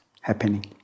happening